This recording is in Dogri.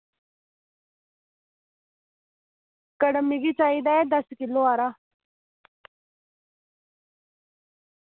कड़म मिगी चाहिदा दस्स किल्लो हारा